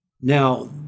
Now